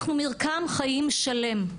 אנחנו מרקם חיים שלם,